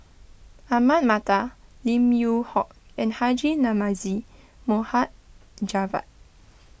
Ahmad Mattar Lim Yew Hock and Haji Namazie Mohd Javad